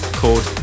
called